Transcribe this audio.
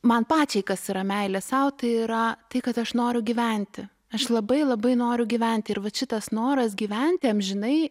man pačiai kas yra meilė sau tai yra tai kad aš noriu gyventi aš labai labai noriu gyventi ir vat šitas noras gyventi amžinai